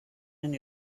and